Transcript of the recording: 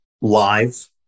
live